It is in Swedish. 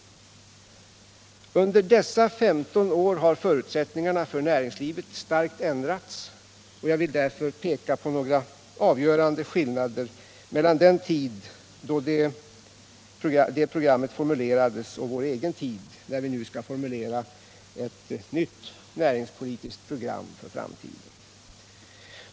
Under dessa 15 år har förutsättningarna för näringslivet starkt förändrats, och jag vill därför peka på några avgörande skillnader mellan den tid då det programmet formulerades och vår egen tid, när vi nu skall formulera ett nytt näringspolitiskt program för framtiden.